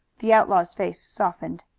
the outlaw's face softened.